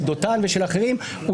של דותן ושל אחרים,